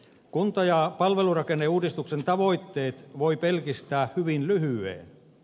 kunta ja palvelurakenneuudistuksen tavoitteet voi pelkistää hyvin lyhyeen